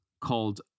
called